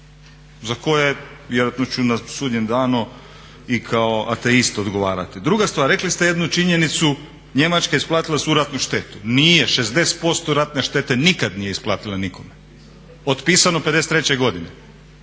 za koje vjerojatno ću na sudnjem danu i kao ateist odgovarati. Druga stvar rekli ste jednu činjenicu Njemačka je isplatila svu ratnu štetu. Nije, 60% ratne štete nikada nije isplatila nikome, otpisano '53. godine.